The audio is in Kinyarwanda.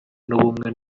n’ubumwe